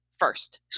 first